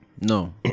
No